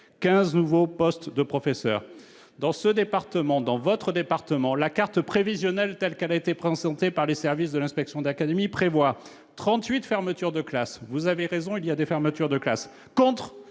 15 nouveaux postes de professeur. Dans ce département, le vôtre, la carte prévisionnelle, telle qu'elle a été présentée par les services de l'inspection d'académie, prévoit 38 fermetures de classe- vous avez raison, il y aura des fermetures de classe -, contre